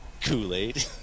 Kool-Aid